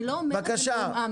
אני לא אומרת מעומעם,